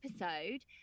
episode